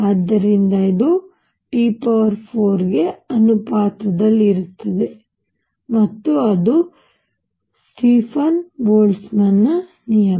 ಆದ್ದರಿಂದ ಇದು T4 ಗೆ ಅನುಪಾತದಲ್ಲಿರುತ್ತದೆ ಮತ್ತು ಅದು ಸ್ಟೀಫನ್ ಬೋಲ್ಟ್ಜ್ಮನ್ ನಿಯಮ